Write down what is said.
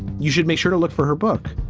you should make sure to look for her book.